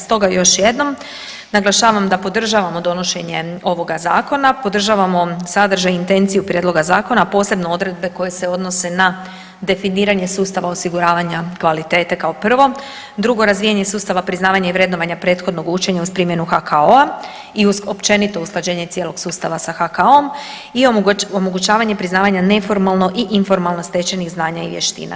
Stoga još jednom naglašavam da podržavamo donošenje ovoga zakona, podržavamo sadržaj i intenciju prijedloga zakona, a posebno odredbe koje se odnose na definiranje sustava osiguravanja kvalitete kao prvo, drugo razvijanje sustava, priznavanja i vrednovanja prethodnog učenja uz primjenu HKO-a i općenito usklađenje cijelog sustava sa HKO-om i omogućavanje priznavanja neformalno i informalno stečenih znanja i vještina.